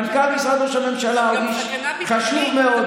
מנכ"ל משרד ראש הממשלה הוא איש חשוב מאוד.